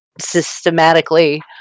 systematically